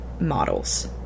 models